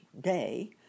day